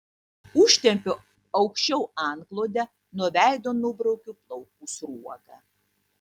užtempiu aukščiau antklodę nuo veido nubraukiu plaukų sruogą